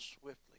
swiftly